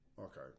Okay